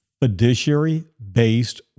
fiduciary-based